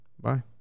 bye